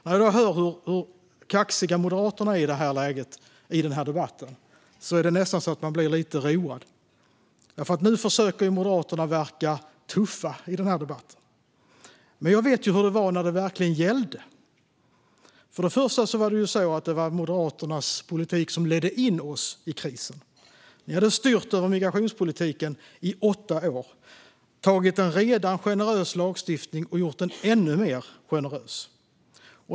När jag hör hur kaxiga Moderaterna är i det här läget och i debatten här är det nästan så att jag blir lite road. Nu försöker Moderaterna verka tuffa i debatten, men jag vet ju hur det var när det verkligen gällde. Först och främst var det Moderaternas politik som ledde oss in i krisen. Ni hade styrt över migrationspolitiken i åtta år och tagit en redan generös lagstiftning och gjort den ännu mer generös.